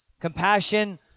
Compassion